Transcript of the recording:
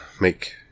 make